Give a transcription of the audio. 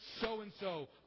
so-and-so